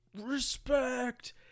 respect